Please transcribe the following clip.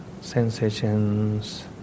sensations